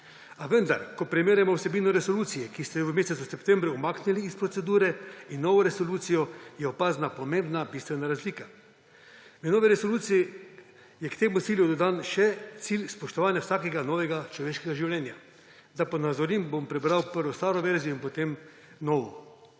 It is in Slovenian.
A vendar ko primerjamo vsebino resolucije, ki ste jo v mesecu septembru umaknili iz procedure, in novo resolucijo, je opazna pomembna bistvena razlika. V novi resoluciji je k temu cilju dodan še cilj spoštovanja vsakega novega človeškega življenja. Da ponazorim, bom prebral najprej staro verzijo in potem novo.